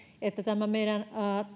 että tämä meidän